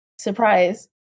surprise